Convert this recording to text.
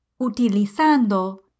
Utilizando